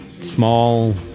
small